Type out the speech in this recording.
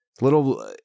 Little